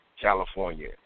California